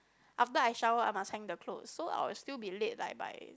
after I shower I must hang the clothes so I will still be late like by